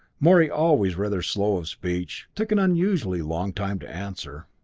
morey, always rather slow of speech, took an unusually long time to answer.